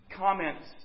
comments